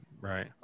right